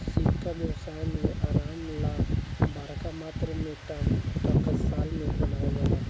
सिक्का व्यवसाय में आराम ला बरका मात्रा में टकसाल में बनावल जाला